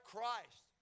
Christ